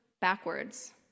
backwards